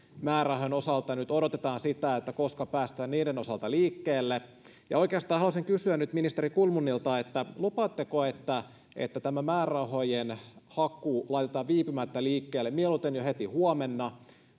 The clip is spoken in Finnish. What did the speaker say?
määrärahojen osalta nyt odotetaan sitä koska päästään niiden osalta liikkeelle ja oikeastaan haluaisin kysyä nyt ministeri kulmunilta lupaatteko että että tämä määrärahojen haku laitetaan viipymättä liikkeelle mieluiten jo heti huomenna